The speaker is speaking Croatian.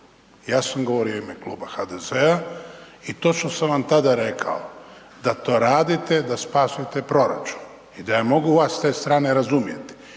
ja sam govorio u ime Kluba HDZ-a i točno sam vam tada rekao da to radite da spasite proračun i da ja mogu vas s te strane razumjeti.